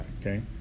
okay